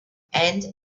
and